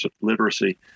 literacy